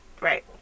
Right